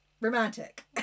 Romantic